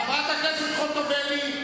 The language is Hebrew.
חברת הכנסת חוטובלי.